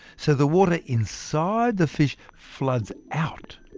so the water inside the fish floods out,